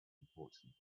important